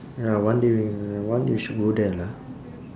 ya one day we one day we should go there lah